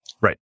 right